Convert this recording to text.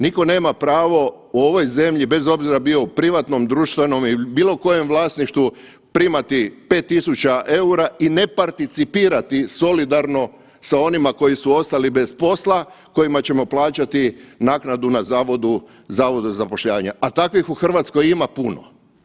Nitko nema pravo u ovoj zemlji bez obzira bio u privatnom, društvenom ili bilo kojem vlasništvu primati 5.000 EUR-a i ne participirati solidarno sa onima koji su ostali bez posla kojima ćemo plaćati naknadu na zavodu za zapošljavanje, a takvih u Hrvatskoj ima puno.